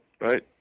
right